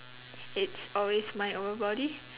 it's always mind over body